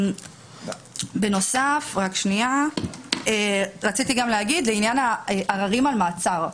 בנוסף, לעניין העררים על מעצר,